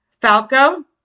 Falco